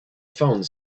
phone